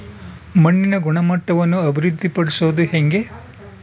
ಮಣ್ಣಿನ ಗುಣಮಟ್ಟವನ್ನು ಅಭಿವೃದ್ಧಿ ಪಡಿಸದು ಹೆಂಗೆ?